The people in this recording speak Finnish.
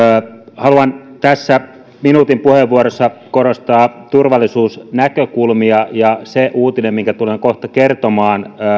haluan tässä minuutin puheenvuorossa korostaa turvallisuusnäkökulmia se uutinen minkä tulen kohta kertomaan